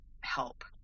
help